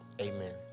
amen